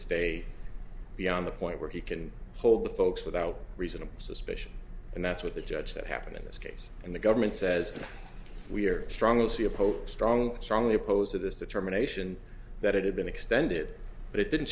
stay beyond the point where he can hold the folks without reasonable suspicion and that's what the judge that happened in this case and the government says we're strong will see a pro strong strongly opposed to this determination that it had been extended but it didn't